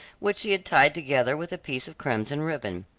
which she had tied together with a piece of crimson ribbon.